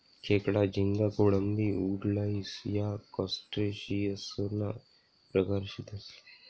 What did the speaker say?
खेकडा, झिंगा, कोळंबी, वुडलाइस या क्रस्टेशियंससना प्रकार शेतसं